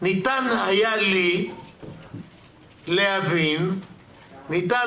ניתן היה לי להבין שהוא